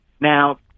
Now